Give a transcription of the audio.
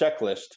checklist